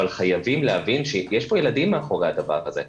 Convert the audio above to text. אבל חייבים להבין שיש פה ילדים מאחורי הדבר הזה,